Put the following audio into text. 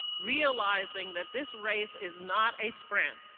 realizing that this race is not a sprint,